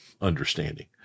understanding